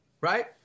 right